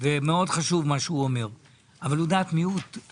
ומאוד חשוב מה שהוא אומר אבל הוא דעת מיעוט.